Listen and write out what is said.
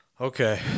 Okay